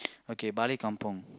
okay Balik Kampung